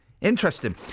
interesting